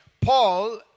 Paul